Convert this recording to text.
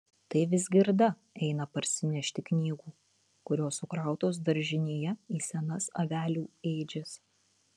tai vizgirda eina parsinešti knygų kurios sukrautos daržinėje į senas avelių ėdžias